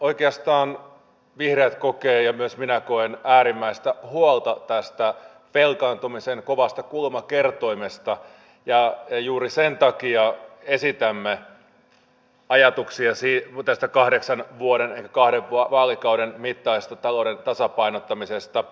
oikeastaan vihreät kokee ja myös minä koen äärimmäistä huolta tästä velkaantumisen kovasta kulmakertoimesta ja juuri sen takia esitämme ajatuksia tästä kahdeksan vuoden elikkä kahden vaalikauden mittaisesta talouden tasapainottamisesta